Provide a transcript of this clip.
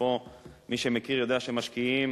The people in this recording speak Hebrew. שפה מי שמכיר יודע שהם משקיעים.